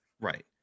Right